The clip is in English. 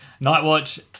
Nightwatch